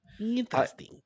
interesting